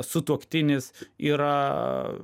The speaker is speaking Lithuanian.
sutuoktinis yra